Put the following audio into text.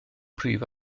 prif